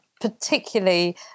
particularly